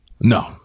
No